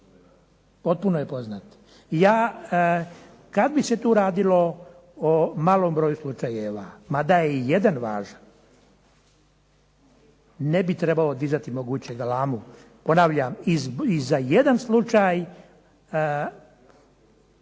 potpuno je poznat. Ja, kad bi se tu radilo o malom broju slučajeva, mada je i jedan važan, ne bi trebalo dizati moguće galamu. Ponavljam i za jedan slučaj